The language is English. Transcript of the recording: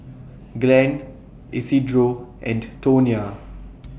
Glen Isidro and Tonya